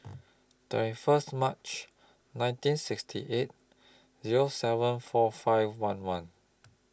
twenty First March nineteen sixty eight Zero seven four five one one